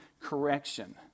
correction